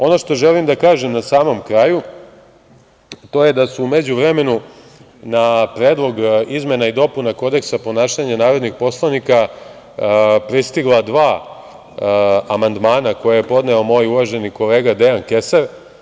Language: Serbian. Ono što želim da kažem na samom kraju, to je da se u međuvremenu na Predlog izmena i dopuna Kodeksa ponašanja narodnih poslanika pristigla dva amandmana, koje je podneo moj uvaženi kolega, Dejan Kesar.